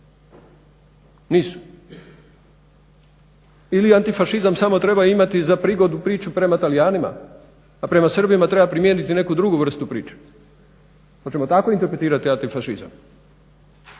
Nisu. Ili antifašizam samo treba imati za prigodu priču prema Talijanima, a prema Srbima treba primijeniti neku drugu vrstu priče. Hoćemo tako interpretirati antifašizam